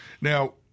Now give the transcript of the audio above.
Now